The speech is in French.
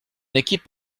équipe